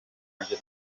nanjye